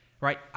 Right